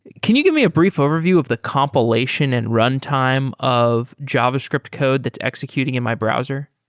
can you give me a brief overview of the compilation and runtime of javascript code that's executing in my browser?